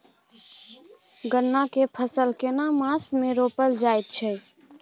गन्ना के फसल केना मास मे रोपल जायत छै?